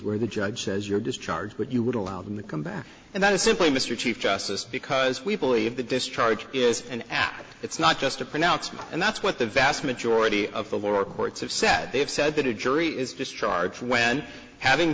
where the judge says you're discharged but you would allow them to come back and that is simply mr chief justice because we believe the discharge is an app it's not just a pronouncement and that's what the vast majority of the lower courts have said they've said that a jury is just charge when having